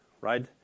right